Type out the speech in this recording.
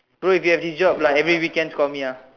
bro if you have this job like weekends call me ah